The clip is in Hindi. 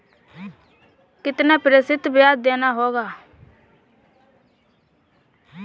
कितना प्रतिशत ब्याज देना होगा?